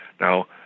Now